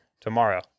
tomorrow